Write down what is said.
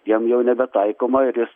jam jau nebetaikoma ir jis